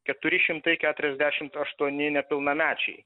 keturi šimtai keturiasdešimt aštuoni nepilnamečiai